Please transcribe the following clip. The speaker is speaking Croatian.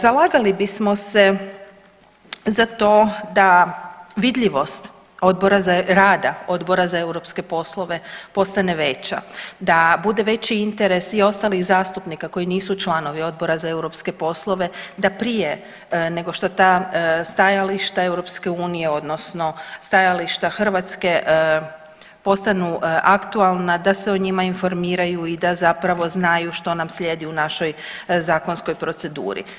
Zalagali bismo se za to da vidljivost rada Odbora za europske poslove da postane veća, da bude veći interes i ostalih zastupnika koji nisu članovi Odbora za europske poslove da prije nego što ta stajališta Europske unije odnosno stajališta Hrvatske postanu aktualna da se o njima informiraju i da zapravo znaju što nam slijedi u našoj zakonskoj proceduri.